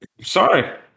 sorry